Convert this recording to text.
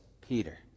Peter